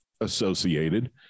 associated